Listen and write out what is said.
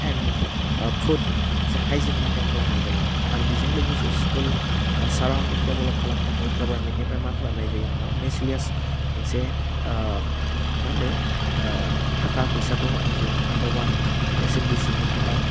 and food मोनसे hygiene maintain खालामनाय जायो आरो बेजों लोगोसे स्कुल साराउन्दिं देभलब खालामनो थाखै गभार्नमेन्टनिफ्राय मा खालामनाय जायो होमबा मेसिलियास मोनसे मा होनदो थाखा फैसाफोर हरनाय जायो नाम्बार वान एसएमडिसिनि फाण्डआव